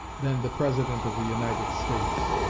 than the president of the united states.